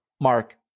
Mark